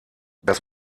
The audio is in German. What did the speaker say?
das